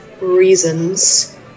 reasons